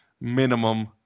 minimum